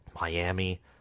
Miami